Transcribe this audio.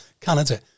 Canada